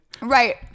Right